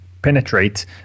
penetrate